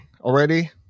already